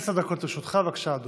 עשר דקות לרשותך, אדוני,